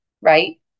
right